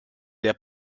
der